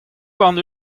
warn